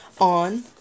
on